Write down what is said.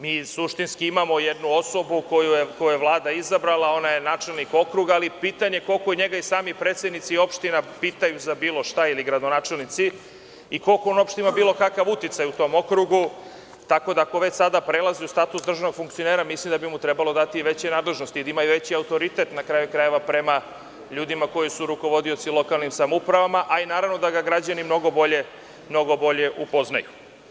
Mi suštinski imamo jednu osobu koju je Vlada izabrala, ona je načelnik okruga, ali pitanje koliko njega i sami predsednici opština pitaju za bilo šta ili gradonačelnici, i koliko on uopšte ima bilo kakav uticaj u tom okrugu, tako da ako već sada prelazi u status državnog funkcionera mislim da bi mu trebalo dati veće nadležnosti i da ima veći autoritet na kraju krajeva, prema ljudima koji su rukovodioci u lokalnim samoupravama, a i naravno da ga građani mnogo bolje upoznaju.